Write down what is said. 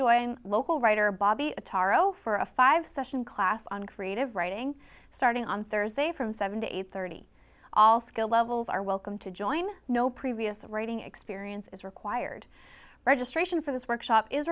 join local writer bobby atar zero for a five session class on creative writing starting on thursday from seven to eight hundred and thirty all skill levels are welcome to join no previous writing experience is required registration for this workshop is